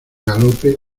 galope